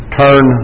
turn